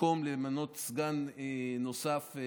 מקום למנות סגן נוסף.